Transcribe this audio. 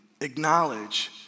acknowledge